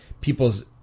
people's